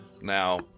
Now